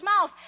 mouth